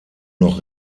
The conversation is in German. noch